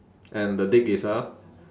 and the is a